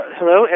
Hello